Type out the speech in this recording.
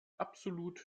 absolut